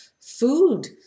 food